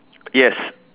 yes